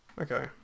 Okay